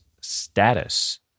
status